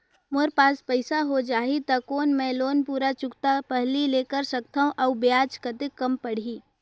मोर पास पईसा हो जाही त कौन मैं लोन पूरा चुकता पहली ले कर सकथव अउ ब्याज कतेक कम पड़ही?